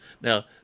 Now